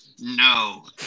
No